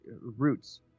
Roots